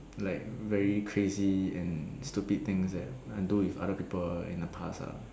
like very crazy and stupid things that I do with other people in the past ah